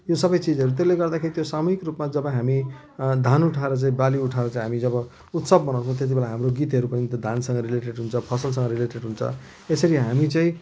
यो सबै चिजहरू त्यसले गर्दाखेरि त्यो सामूहिक रूपमा जब हामी धान उठाएर चाहिँ बाली उठाएर चाहिँ हामी जब उत्सव मनाउँछौँ त्यति बेला हाम्रो गीतहरू पनि त्यो धानसँग रिलेटेड हुन्छ फसलसँग रिलेटेड हुन्छ यसरी हामी चाहिँ